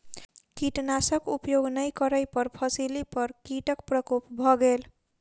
कीटनाशक उपयोग नै करै पर फसिली पर कीटक प्रकोप भ गेल